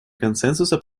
консенсуса